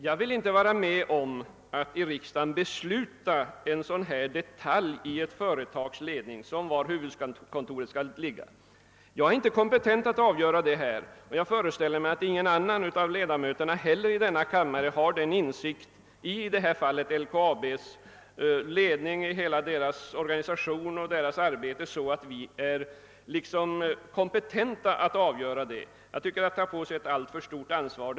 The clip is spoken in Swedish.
Jag vill inte vara med att i riksdagen fatta beslut om en sådan detalj beträffande företagets ledning som frågan om förläggningen av huvudkontoret utgör. Jag är inte kompetent att ta ställning i den frågan, och jag föreställer mig att inte heller någon annan av kammarens ledamöter har den kännedom om LKAB:s ledning och organisation att han är kompetent att göra det. Ett beslut i denna fråga innebär att riksdagen tar på sig ett alltför stort ansvar.